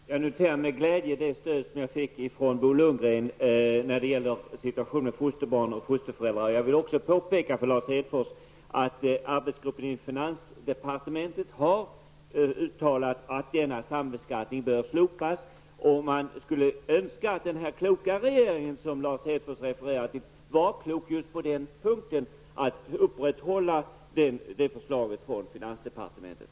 Herr talman! Jag noterade med glädje det stöd jag fick av Bo Lundgren beträffande fosterbarns och fosterföräldrars situation. Jag vill vidare påpeka för Lars Hedfors att arbetsgruppen i finansdepartementet har uttalat att denna sambeskattning bör slopas. Man skulle önska att den kloka regering som Lars Hedfors refererar till är klok nog att hålla fast vid det förslaget från finansdepartementet.